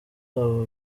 aba